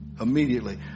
immediately